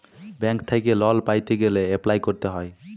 bank থ্যাইকে লল পাইতে গ্যালে এপ্লায় ক্যরতে হ্যয়